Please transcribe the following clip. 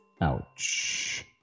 Ouch